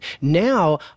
Now